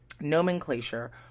nomenclature